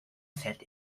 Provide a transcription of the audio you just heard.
set